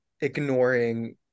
ignoring